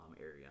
area